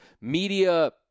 media